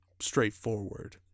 straightforward